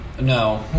No